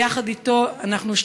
ויחד איתו אנחנו,